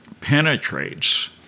penetrates